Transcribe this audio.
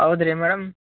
ಹೌದು ರೀ ಮೇಡಮ್